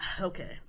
okay